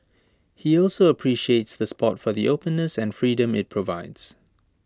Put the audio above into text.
he also appreciates the spot for the openness and freedom IT provides